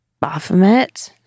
Baphomet